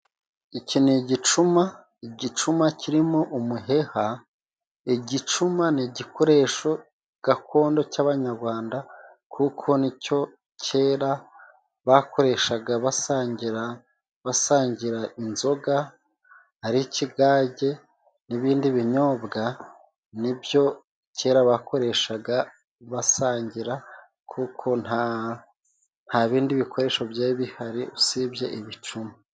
Iki ni igicuma, igicuma kirimo umuheha. Igicuma ni igikoresho gakondo cy'abanyarwanda kuko nicyo kera bakoreshaga basangira basangira inzoga ari ikigage n'ibindi binyobwa. Nibyo kera bakoreshaga basangira kuko nta bindi bikoresho byari bihari usibye ibicuma.